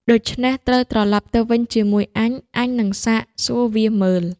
ដូច្នេះត្រូវត្រឡប់ទៅវិញជាមួយអញ អញនឹងសាកសួរវាមើល៍"។